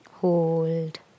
Hold